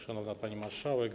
Szanowna Pani Marszałek!